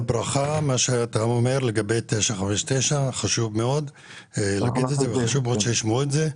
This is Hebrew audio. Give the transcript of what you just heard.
שאתה אומר לגבי 959 חשוב מאוד לומר וחשוב מאוד שישמעו את זה.